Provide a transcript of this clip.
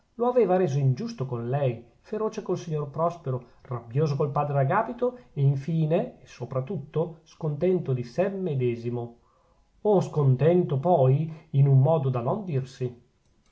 lo aveva reso ingiusto con lei feroce col signor prospero rabbioso col padre agapito e in fine e sopra tutto scontento di sè medesimo oh scontento poi in un modo da non dirsi